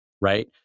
right